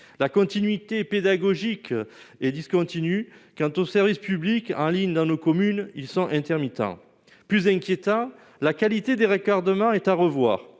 la continuité pédagogique et discontinue quant aux services publics en ligne dans nos communes, ils sont intermittents plus inquiétant, la qualité des records demain est à revoir